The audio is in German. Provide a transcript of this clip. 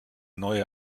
neue